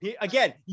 Again